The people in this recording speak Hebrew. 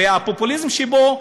והפופוליזם שבו,